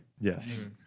Yes